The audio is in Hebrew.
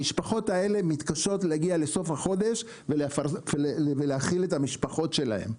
המשפחות האלה מתקשות להגיע לסוף החודש ולהאכיל את המשפחות שלהם.